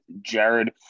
Jared